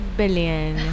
billion